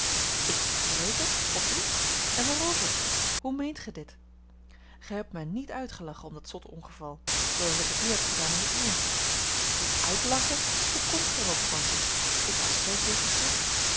ik mij wreken op u en waarover hoe meent gij dit gij hebt mij niet uitgelachen om dat zotte ongeval zooals ik het u heb gedaan om het uwe u uitlachen hoe komt gij er op francis ik was zoozeer verschrikt